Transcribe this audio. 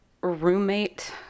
roommate